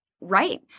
right